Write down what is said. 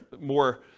more